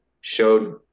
showed